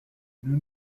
nous